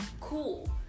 cool